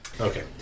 Okay